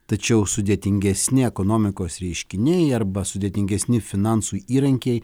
tačiau sudėtingesni ekonomikos reiškiniai arba sudėtingesni finansų įrankiai